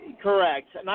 Correct